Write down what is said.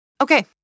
Okay